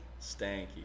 Stanky